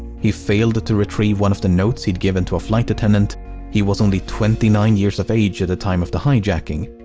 he failed to retrieve one of the notes he'd given to a flight attendant. he was only twenty nine years of age at the time of the hijacking.